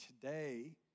today